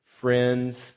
friends